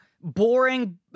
boring